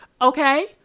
okay